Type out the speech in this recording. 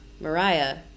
Mariah